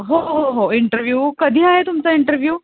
हो हो हो इंटरव्यू कधी आहे तुमचा इंटरव्ह्यू